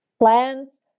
plans